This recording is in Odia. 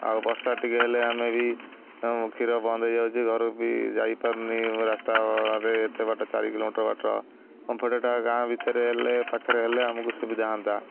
ଆଉ ବର୍ଷା ଟିକେ ହେଲେ ଆମେ ବି କ୍ଷୀର ବନ୍ଦ ହେଇଯାଉଛି ଘରକୁ ବି ଯାଇପାରୁନି ରାସ୍ତାରେ ଏତେ ବାଟ ଚାରି କିଲୋମିଟର ବାଟ ଓମ୍ଫେଡେଟା ଗାଁ ଭିତରେ ହେଲେ ପାଖରେ ହେଲେ ଆମକୁ ସୁବିଧା ହଅନ୍ତା